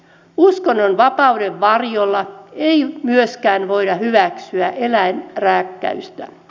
uskonnonvapauden varjolla ei myöskään voida hyväksyä eläinrääkkäystä